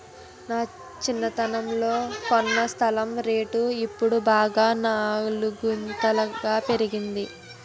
నా చిన్నతనంలో కొన్న స్థలం రేటు ఇప్పుడు బాగా నాలుగింతలు పెరిగింది